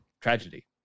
Tragedy